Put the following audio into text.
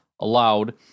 allowed